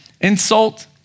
insult